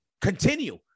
continue